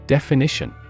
Definition